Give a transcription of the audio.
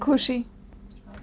ખુશી